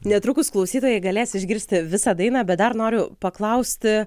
netrukus klausytojai galės išgirsti visą dainą bet dar noriu paklausti